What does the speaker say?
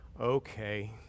okay